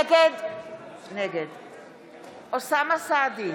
נגד אוסאמה סעדי,